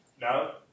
No